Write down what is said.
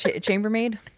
Chambermaid